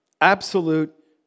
Absolute